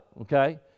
Okay